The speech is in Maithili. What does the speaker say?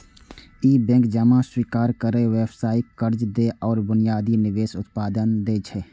ई बैंक जमा स्वीकार करै, व्यावसायिक कर्ज दै आ बुनियादी निवेश उत्पाद दै छै